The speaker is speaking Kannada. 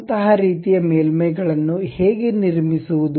ಅಂತಹ ರೀತಿಯ ಮೇಲ್ಮೈಗಳನ್ನು ಹೇಗೆ ನಿರ್ಮಿಸುವುದು